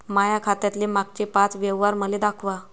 माया खात्यातले मागचे पाच व्यवहार मले दाखवा